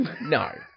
no